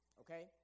okay